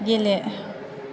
गेले